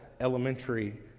elementary